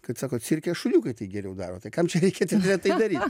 kad sako cirke šuniukai tai geriau daro tai kam čia teatre tai daryti